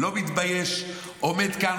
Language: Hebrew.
לא מתבייש, עומד כאן.